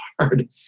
hard